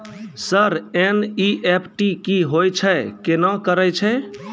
Sir NEFT की होय छै, केना करे छै?